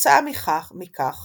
כתוצאה מכך